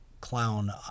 clown